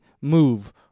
move